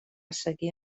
seguir